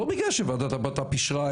לא בגלל שוועדת הבט"פ אישרה,